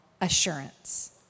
assurance